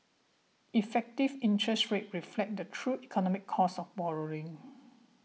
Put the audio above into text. effective interest rates reflect the true economic cost of borrowing